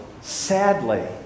sadly